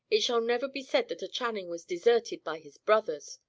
it shall never be said that a channing was deserted by his brothers!